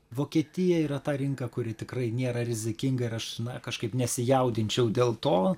vokietija yra ta rinka kuri tikrai nėra rizikinga ir aš kažkaip nesijaudinčiau dėl to